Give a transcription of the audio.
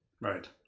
right